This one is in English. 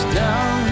down